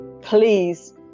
please